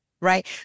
right